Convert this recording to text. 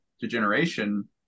degeneration